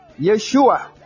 yeshua